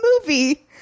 movie